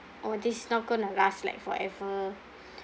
oh this not going to last forever